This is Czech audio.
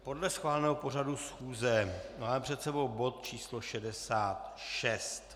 Podle schváleného programu schůze máme před sebou bod číslo 66.